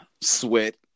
sweat